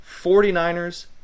49ers